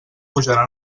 pujarà